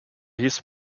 his